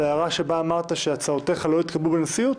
לגבי ההערה שלך שהצעותיך לא התקבלו בנשיאות,